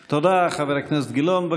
תודה, חבר הכנסת גילאון.